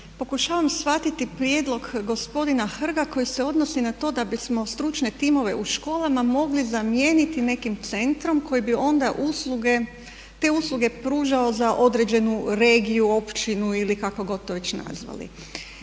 Pokušavam shvatiti prijedlog gospodina Hrga koji se odnosi na to da bismo stručne timove u školama mogli zamijeniti nekim centrom koji bi onda usluge, te usluge pružao za određenu regiju, općinu ili kako god to već nazvali.